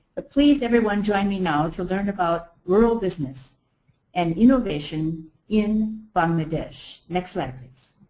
please, everyone, join me now to learn about rural business and innovation in bangladesh. next slide, please.